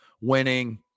winning